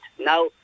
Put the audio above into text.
Now